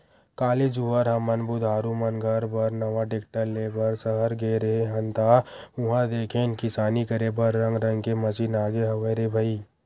काली जुवर हमन बुधारु मन घर बर नवा टेक्टर ले बर सहर गे रेहे हन ता उहां देखेन किसानी करे बर रंग रंग के मसीन आगे हवय रे भई